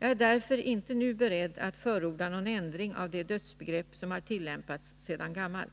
Jag är därför inte nu beredd att förorda någon ändring av det dödsbegrepp som har tillämpats sedan gammalt.